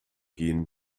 gehen